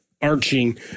arching